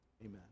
Amen